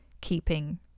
keeping